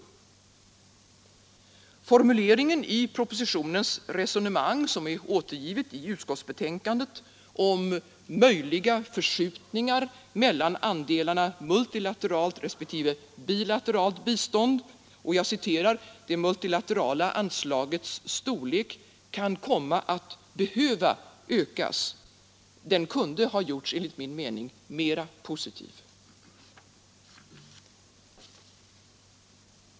Formuleringen i propositionens resonemang, som är återgivet i utskottsbetänkandet, om möjliga förskjutningar mellan andelarna multilateralt respektive bilateralt bistånd: det multilaterala anslagets storlek ”kan komma att behöva ökas”, kunde ha gjorts mer positiv.